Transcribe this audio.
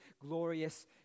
glorious